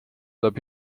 tuleb